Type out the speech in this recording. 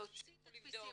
להוציא תדפיסים.